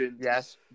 Yes